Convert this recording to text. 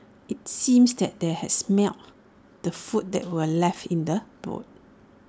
IT seemed that they had smelt the food that were left in the boot